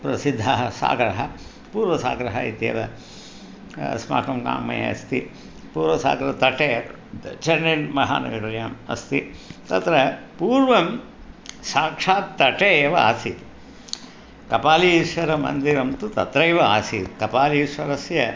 प्रसिद्धः सागरः पूर्वसागरः इत्येव अस्माकं ग्रामे अस्ति पूर्वसागरतटे चन्नैमहानगर्याम् अस्ति तत्र पूर्वं साक्षात् तटे एव आसीत् कपालीश्वरमन्दिरं तु तत्रैव आसीत् कपालीश्वरस्य